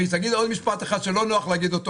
אומר עוד משפט אחד שלא נוח לומר אותו